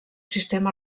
sistema